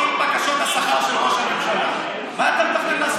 כל בקשות השכר של ראש הממשלה, מה אתם מתכנן לעשות